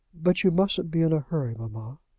but you mustn't be in a hurry, mamma.